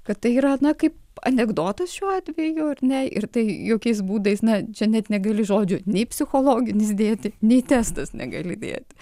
kad tai yra na kaip anekdotas šiuo atveju ar ne ir tai jokiais būdais na čia net negali žodžio nei psichologinis dėti nei testas negali dėti